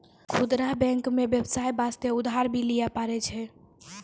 खुदरा बैंक मे बेबसाय बास्ते उधर भी लै पारै छै